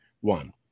one